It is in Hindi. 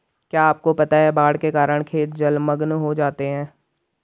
क्या आपको पता है बाढ़ के कारण खेत जलमग्न हो जाते हैं?